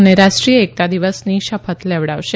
અને રાષ્ટ્રીય એકતા દિવસની શપથ લેવડાવશે